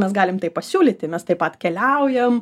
mes galim tai pasiūlyti mes taip pat keliaujam